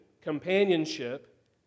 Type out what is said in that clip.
companionship